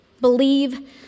Believe